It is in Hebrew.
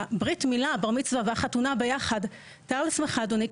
ד"ר אריק סמל, המכון הישראלי לאנרגיה וסביבה.